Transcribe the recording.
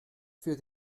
für